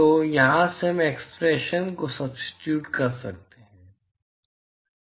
तो यहाँ से हम एक्सप्रेशन को सब्स्टिट्यूट कर सकते हैं